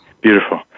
Beautiful